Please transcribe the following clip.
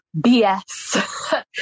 bs